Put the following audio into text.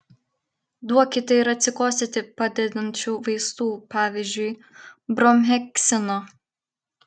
duokite ir atsikosėti padedančių vaistų pavyzdžiui bromheksino